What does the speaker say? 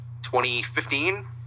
2015